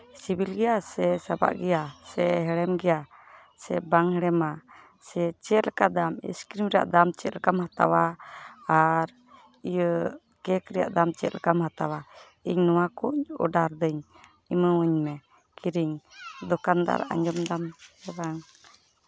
ᱥᱤᱵᱤᱞ ᱜᱮᱭᱟ ᱥᱮ ᱥᱟᱵᱟᱜ ᱜᱮᱭᱟ ᱥᱮ ᱦᱮᱲᱮᱢ ᱜᱮᱭᱟ ᱥᱮ ᱵᱟᱝ ᱦᱮᱲᱮᱢᱟ ᱥᱮ ᱪᱮᱫᱞᱮᱠᱟ ᱫᱟᱢ ᱤᱥᱠᱨᱤᱢ ᱨᱮᱭᱟᱜ ᱫᱟᱢ ᱪᱮᱫᱞᱮᱠᱟᱢ ᱦᱟᱛᱟᱣᱟ ᱟᱨ ᱤᱭᱟᱹ ᱠᱮᱹᱠ ᱨᱮᱭᱟᱜ ᱫᱟᱢ ᱪᱮᱫ ᱞᱮᱠᱟᱢ ᱦᱟᱛᱟᱣᱟ ᱤᱧ ᱱᱚᱣᱟ ᱠᱚᱧ ᱚᱰᱟᱨ ᱫᱟᱹᱧ ᱮᱢᱟᱣᱟᱹᱧ ᱢᱮ ᱠᱤᱨᱤᱧ ᱫᱚᱠᱟᱱ ᱫᱟᱨ ᱟᱸᱡᱚᱢ ᱫᱟᱢ ᱥᱮ ᱵᱟᱝ